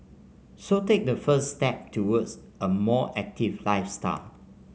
so take that first step towards a more active lifestyle